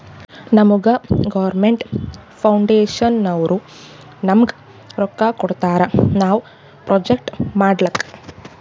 ನಮುಗಾ ಗೌರ್ಮೇಂಟ್ ಫೌಂಡೇಶನ್ನವ್ರು ನಮ್ಗ್ ರೊಕ್ಕಾ ಕೊಡ್ತಾರ ನಾವ್ ಪ್ರೊಜೆಕ್ಟ್ ಮಾಡ್ಲಕ್